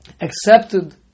accepted